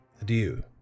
Adieu